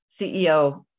CEO